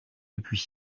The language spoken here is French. depuis